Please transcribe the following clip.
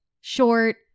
Short